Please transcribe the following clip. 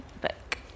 book